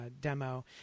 demo